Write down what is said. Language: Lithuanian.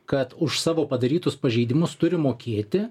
kad už savo padarytus pažeidimus turi mokėti